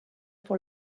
pour